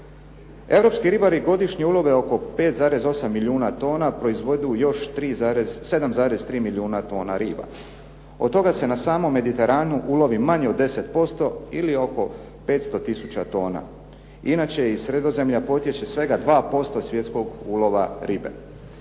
Europski ribari godišnje ulove oko 5,8 milijuna tona, proizvedu još 7,3 milijuna tona riba. Od toga se na samom mediteranu ulovi manje od 10% ili oko 500 tisuća tona. Inače iz sredozemlja potječe svega 2% svjetskog ulova ribe.